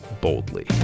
boldly